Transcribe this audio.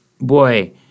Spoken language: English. boy